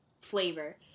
flavor